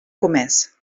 comés